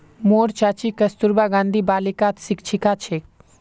मोर चाची कस्तूरबा गांधी बालिकात शिक्षिका छेक